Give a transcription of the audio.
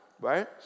Right